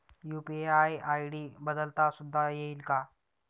UPI ID बदलता सुद्धा येईल का?